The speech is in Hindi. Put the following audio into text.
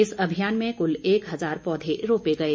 इस अभियान में कुल एक हजार पौधे रोपे गए